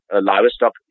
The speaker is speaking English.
livestock